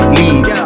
leave